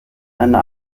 eine